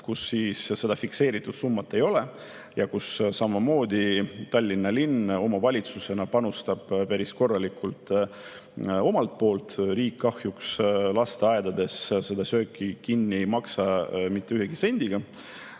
kus seda fikseeritud summat ei ole ja kus samamoodi Tallinna linn omavalitsusena panustab päris korralikult omalt poolt – riik kahjuks lasteaedades sööki kinni ei maksa mitte ühegi sendiga